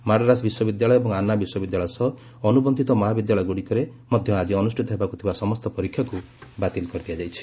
ମାଡ୍ରାସ୍ ବିଶ୍ୱବିଦ୍ୟାଳୟ ଏବଂ ଆନ୍ନା ବିଶ୍ୱବିଦ୍ୟାଳୟ ସହ ଅନୁବନ୍ଧିତ ମହାବିଦ୍ୟାଳୟଗୁଡ଼ିକରେ ମଧ୍ୟ ଆଜି ଅନୁଷ୍ଠିତ ହେବାକୁଥିବା ସମସ୍ତ ପରୀକ୍ଷାକୁ ବାତିଲ କରାଯାଇଛି